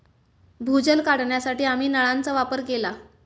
भूजल काढण्यासाठी आम्ही नळांचा वापर केला